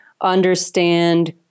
understand